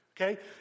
okay